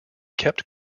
kept